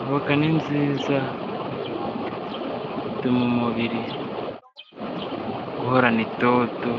Avoka ni nziza ituma umubiri uhorana itoto,